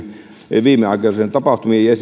riski viimeaikaisiin tapahtumiin nähden ja